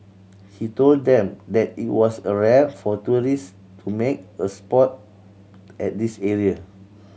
he told them that it was a rare for tourist to make a sport at this area